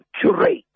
curate